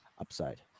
upside